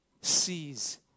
sees